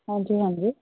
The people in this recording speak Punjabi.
ਹਾਂਜੀ ਹਾਂਜੀ